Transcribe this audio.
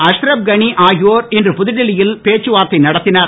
அஷ்ரஃப் கனி ஆகியோர் இன்று புதுடெல்லியில் பேச்சுவார்த்தை நடத்தினர்